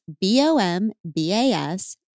B-O-M-B-A-S